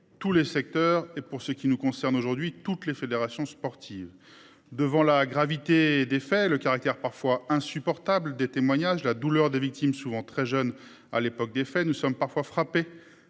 tous les secteurs et pour ce qui nous concerne aujourd'hui toutes les fédérations sportives. Devant la gravité des faits, le caractère parfois insupportables des témoignages la douleur des victimes souvent très jeune à l'époque des faits, nous sommes parfois frappées